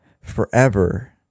forever